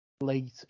late